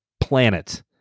planet